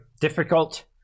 Difficult